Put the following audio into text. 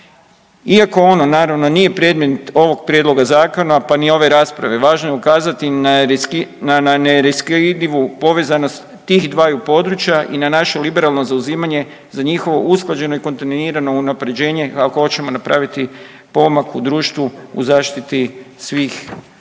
Iako ono naravno nije predmet ovog prijedloga zakona, pa ni ove rasprave, važno je ukazati na neraskidivu povezanost tih dvaju područja i na naše liberalno zauzimanje za njihovo usklađeno i kontinuirano usklađenje ako hoćemo napraviti pomak u društvu u zaštiti svih zviždača